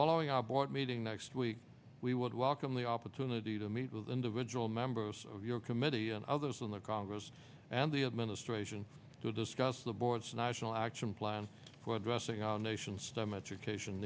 following our board meeting next week we would welcome the opportunity to meet with individual members of your committee and others in the congress and the administration to discuss the board's national action plan for addressing our nation's stem education